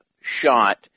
shot –